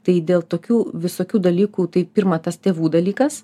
tai dėl tokių visokių dalykų tai pirma tas tėvų dalykas